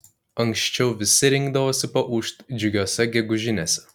anksčiau visi rinkdavosi paūžt džiugiose gegužinėse